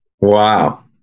Wow